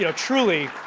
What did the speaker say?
you know truly,